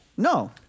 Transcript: No